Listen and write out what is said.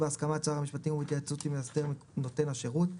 בהסכמת שר המשפטים ובהתייעצות עם מאסדר נותן השירות,